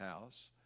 house